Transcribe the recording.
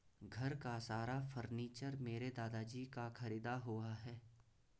घर का सारा फर्नीचर मेरे दादाजी का खरीदा हुआ है